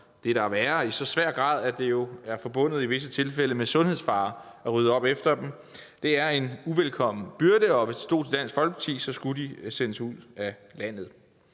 at det i visse tilfælde er forbundet med sundhedsfare at rydde op efter dem, er en uvelkommen byrde, og hvis det stod til Dansk Folkeparti, skulle de sendes ud af landet.